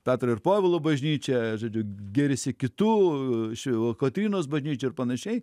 petro ir povilo bažnyčia žodžiu gėrisi kitų šių kotrynos bažnyčia ir panašiai